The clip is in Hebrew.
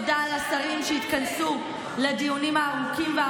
חלק מהתוכניות הן לסגור את הרשות למעמד האישה?